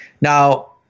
Now